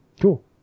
cool